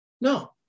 No